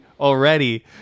already